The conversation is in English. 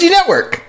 Network